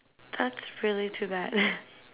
that's really too bad